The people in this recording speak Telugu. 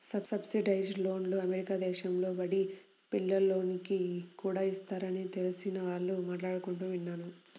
సబ్సిడైజ్డ్ లోన్లు అమెరికా దేశంలో బడి పిల్లోనికి కూడా ఇస్తారని తెలిసిన వాళ్ళు మాట్లాడుకుంటుంటే విన్నాను